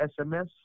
SMS